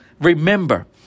Remember